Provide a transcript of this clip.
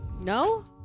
No